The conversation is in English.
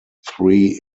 three